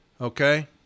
Okay